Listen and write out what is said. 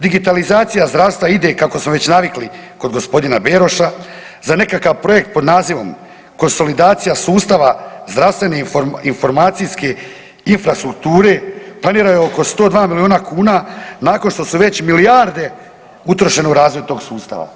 Digitalizacija zdravstva ide kako smo već navikli kog g. Beroša za nekakav projekt pod nazivom „Konsolidacija sustava zdravstvene informacijske infrastrukture“ planirano je oko 102 milijuna kuna nakon što su već milijarde utrošene u razvoj tog sustava.